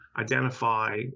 identify